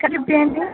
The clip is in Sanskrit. कति पेण्ट्